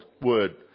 word